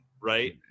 right